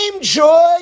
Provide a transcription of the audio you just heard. joy